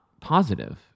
positive